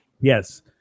Yes